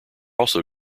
also